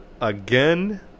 again